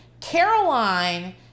caroline